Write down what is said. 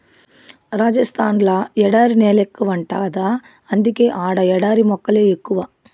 రాజస్థాన్ ల ఎడారి నేలెక్కువంట గదా అందుకే ఆడ ఎడారి మొక్కలే ఎక్కువ